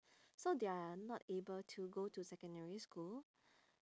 so they are not able to go to secondary school